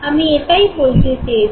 আমি এটাই বলতে চেয়েছি